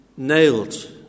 nailed